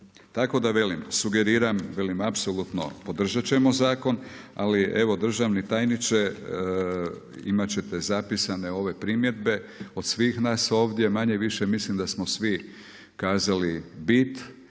Tako da velim, sugeriram, apsolutno, podržat ćemo zakon, ali evo državni tajniče, imati ćete zapisane ove primjedbe od svih nas ovdje. Manje-više mislim da smo svi kazali bit